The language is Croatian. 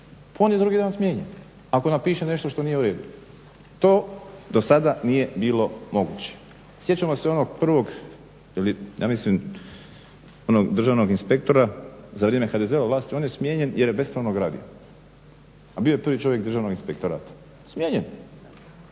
on je drugi dan smijenjen ako napiše nešto što nije u redu. To do sada nije bilo moguće. Sjećamo se onog prvog ili ja mislim onog državnog inspektora za vrijeme HDZ-ove vlasti on je smijenjen jer je bespravno gradio, a bio je prvi čovjek Državnog inspektorata. Smijenjen!